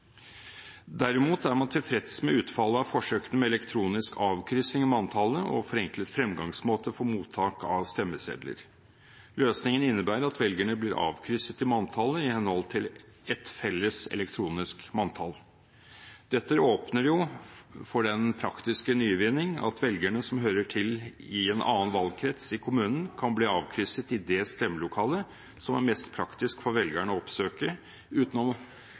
Derimot er man tilfreds med utfallet av forsøkene med elektronisk avkryssing i manntallet og forenklet fremgangsmåte for mottak av stemmesedler. Løsningen innebærer at velgerne blir avkrysset i manntallet i henhold til et felles elektronisk manntall. Dette åpner jo for den praktiske nyvinning at velgerne som hører til i en annen valgkrets i kommunen, kan bli avkrysset i det stemmelokalet som er mest praktisk for velgeren å oppsøke, uten